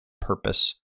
purpose